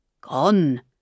Gone